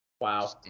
Wow